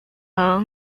蓼科